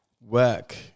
work